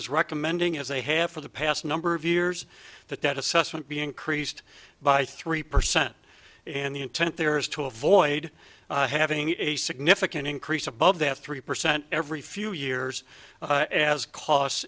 is recommending as they have for the past number of years that that assessment be increased by three percent and the intent there is to avoid having a significant increase above that three percent every few years as c